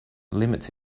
limits